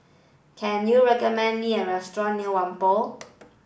can you recommend me a restaurant near Whampoa